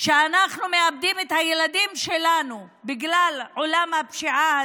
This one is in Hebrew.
שאנחנו מאבדים את הילדים שלנו בגלל עולם הפשיעה הזה,